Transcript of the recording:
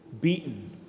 beaten